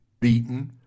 beaten